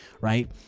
Right